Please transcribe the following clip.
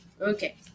Okay